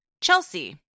Chelsea